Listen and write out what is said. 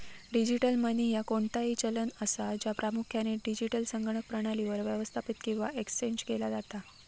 digital money ह्या कोणताही चलन असा, ज्या प्रामुख्यान डिजिटल संगणक प्रणालीवर व्यवस्थापित किंवा एक्सचेंज केला जाता